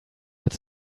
its